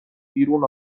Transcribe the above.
بیرون